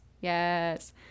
Yes